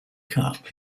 cup